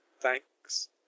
Thanks